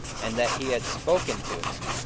and that he had spoken to him,